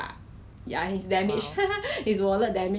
这个很舒服 eh breathable leh actually 我很喜欢